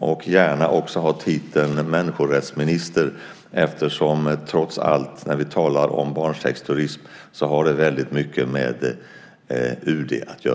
och gärna också ha titeln människorättsminister eftersom diskussionen om barnsexturism trots allt har väldigt mycket med UD att göra.